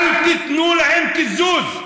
אל תיתנו להם קיזוז.